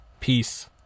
Peace